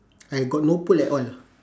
I got no pole at all